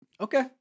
Okay